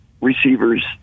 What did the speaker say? receivers